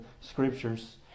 Scriptures